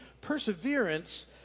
Perseverance